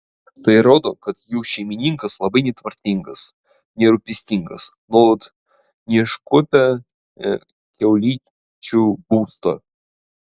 tai rodo kad jų šeimininkas labai netvarkingas nerūpestingas nuolat neiškuopia kiaulyčių būsto